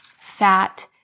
fat